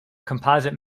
composite